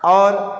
और